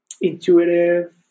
intuitive